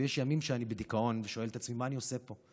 ויש ימים שאני בדיכאון ושואל את עצמי מה אני עושה פה,